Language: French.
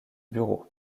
bureaux